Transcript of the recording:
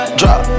drop